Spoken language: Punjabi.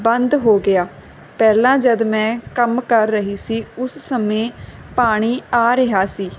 ਬੰਦ ਹੋ ਗਿਆ ਪਹਿਲਾਂ ਜਦ ਮੈਂ ਕੰਮ ਕਰ ਰਹੀ ਸੀ ਉਸ ਸਮੇਂ ਪਾਣੀ ਆ ਰਿਹਾ ਸੀ